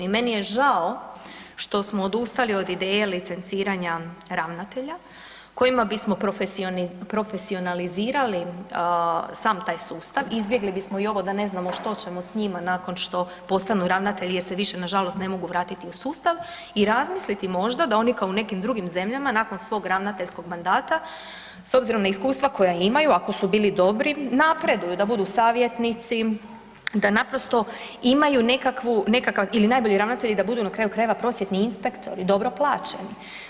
I meni je žao što smo odustali od ideje licenciranja ravnatelja kojima bismo profesionalizirali sam taj sustav, izbjegli bismo i ovo da ne znamo što ćemo s njima nakon što postanu ravnatelji jer se više nažalost ne mogu vratiti u sustav i razmisliti možda da oni kao u nekim drugim zemljama nakon svog ravnateljskog mandata s obzirom na iskustva koja imaju ako su bili dobri napreduju, da budu savjetnici da naprosto imaju nekakvu, nekakvu, ili najbolji ravnatelji da budu na kraju krajeva prosvjetni inspektori dobro plaćeni.